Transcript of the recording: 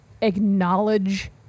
acknowledge